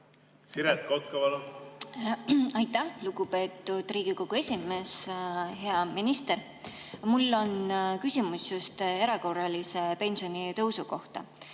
Siret Kotka, palun! Aitäh, lugupeetud Riigikogu esimees! Hea minister! Mul on küsimus just erakorralise pensionitõusu kohta.